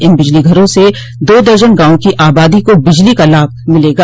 इन बिजलीघरों से दो दर्जन गांवों की आबादी को बिजली का लाभ मिलेगा